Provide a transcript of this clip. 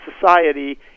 society